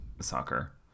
soccer